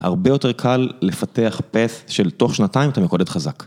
הרבה יותר קל לפתח path של תוך שנתיים אתה מקודד חזק.